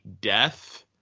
death